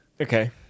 Okay